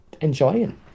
enjoying